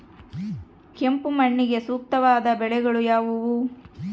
ಕೆಂಪು ಮಣ್ಣಿಗೆ ಸೂಕ್ತವಾದ ಬೆಳೆಗಳು ಯಾವುವು?